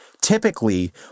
Typically